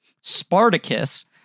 Spartacus